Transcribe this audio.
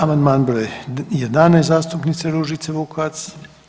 Amandman broj 11. zastupnice Ružice Vukovac.